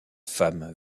femme